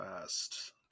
fast